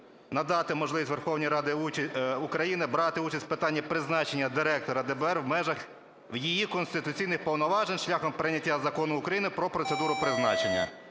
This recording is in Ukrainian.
надати можливість Верховній Раді України брати участь в питанні призначення Директора ДБР в межах в її конституційних повноважень шляхом прийняття закону України про процедуру призначення.